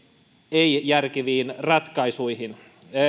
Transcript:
ei järkeviin ratkaisuihin